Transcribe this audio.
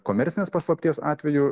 komercinės paslapties atveju